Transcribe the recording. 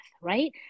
right